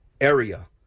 area